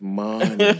money